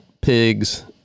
pigs